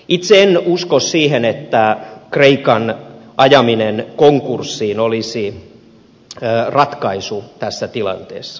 itse en usko siihen että kreikan ajaminen konkurssiin olisi ratkaisu tässä tilanteessa